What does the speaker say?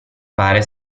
pare